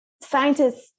scientists